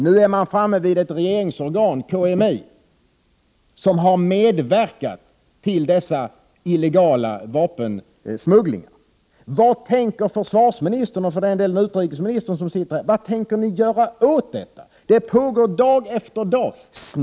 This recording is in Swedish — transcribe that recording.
Nu är man framme vid ett regeringsorgan, KMI, som har medverkat till dessa illegala vapensmugglingar. Vad tänker försvarsministern, och även utrikesministern, som sitter här, göra åt detta? Det pågår dag efter dag.